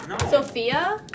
Sophia